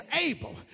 able